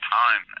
time